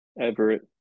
Everett